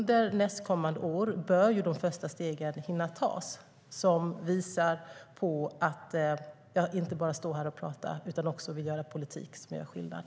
De första stegen bör hinna tas under nästkommande år och visa att jag inte bara står här och pratar. Jag vill också föra politik som gör skillnad.